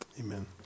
Amen